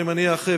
אני מניח,